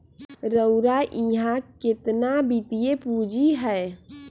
रउरा इहा केतना वित्तीय पूजी हए